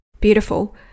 Beautiful